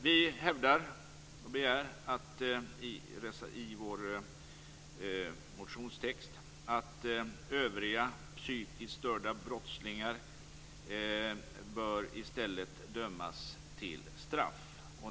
Vi hävdar och begär i vår motionstext att övriga psykiskt störda brottslingar i stället bör dömas till straff.